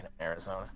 Arizona